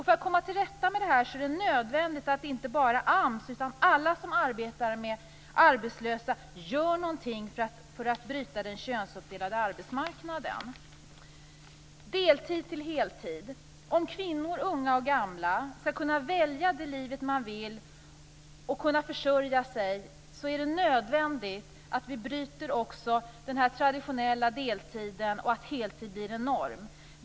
För att komma till rätta med det här är det nödvändigt att inte bara AMS utan alla som arbetar med arbetslösa gör något för att bryta den könsuppdelade arbetsmarknaden. Så till detta med att gå från deltid till heltid. Om kvinnor, unga och gamla, skall kunna välja det liv man vill ha och kunna försörja sig är det nödvändigt att vi också bryter med den här traditionella deltiden och att heltid blir en norm.